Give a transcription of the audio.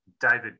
david